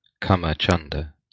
kama-chanda